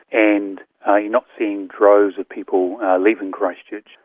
and ah you're not seeing droves of people leaving christchurch,